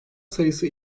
sayısı